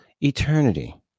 eternity